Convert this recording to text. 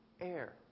air